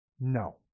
No